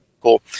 cool